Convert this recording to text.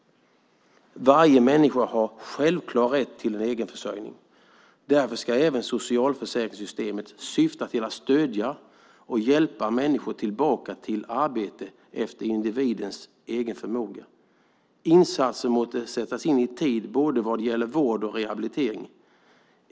Varje människa har en självklar rätt till egenförsörjning. Därför ska även socialförsäkringssystemet syfta till att stödja och hjälpa människor tillbaka till arbete efter individens egen förmåga. Insatser måste sättas in i tid vad gäller både vård och rehabilitering.